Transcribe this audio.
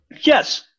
Yes